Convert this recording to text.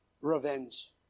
revenge